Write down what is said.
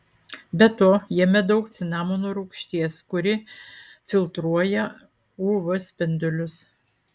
be to jame daug cinamono rūgšties kuri filtruoja uv spindulius